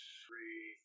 three